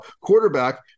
quarterback